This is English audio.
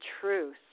truth